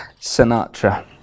Sinatra